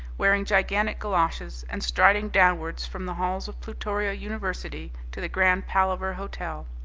wearing gigantic goloshes, and striding downwards from the halls of plutoria university to the grand palaver hotel.